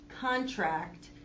contract